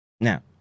Now